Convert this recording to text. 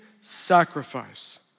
sacrifice